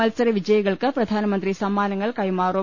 മത്സര വിജയി കൾക്ക് പ്രധാനമന്ത്രി സമ്മാനങ്ങൾ കൈമാറും